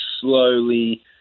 slowly